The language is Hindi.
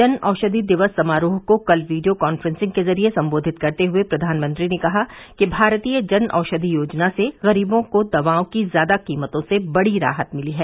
जन औषधि दिवस समारोह को कल वीडियो कांफ्रेंसिंग के जरिए संबोधित करते हुए प्रधानमंत्री ने कहा कि भारतीय जन औषधि योजना से गरीबों को दवाओं की ज्यादा कीमतों से बड़ी राहत मिली है